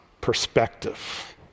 perspective